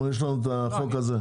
יש לנו את החוק הזה.